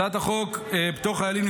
הצעת החוק (פטור חיילים,